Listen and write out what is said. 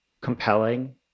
compelling